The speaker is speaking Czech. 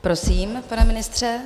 Prosím, pane ministře.